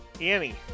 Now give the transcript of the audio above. Annie